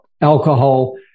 alcohol